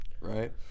right